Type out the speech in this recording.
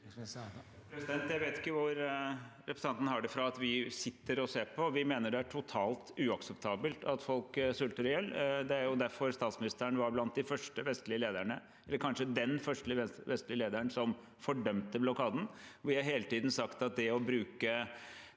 Jeg vet ikke hvor representanten har det fra at vi sitter og ser på. Vi mener det er totalt uakseptabelt at folk sulter i hjel. Det er jo derfor statsministeren var blant de første vestlige lederne, kanskje den første vestlige lederen, som fordømte blokaden. Vi har hele tiden sagt at å bruke